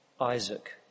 Isaac